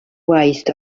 raised